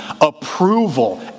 approval